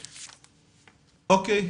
אוקיי.